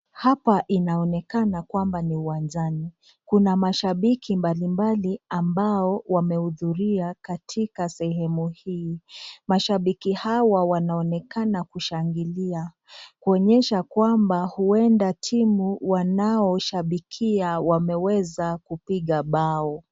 Hapa inaonekana kwamba ni uwanjani. Kuna mashabiki mbali mbali ambao wamehudhuria katika sehemu hii. Mashabiki hao wanaonekana kushangilia, kuonesha kwamba timu wanayoshabikia wamefunga bao.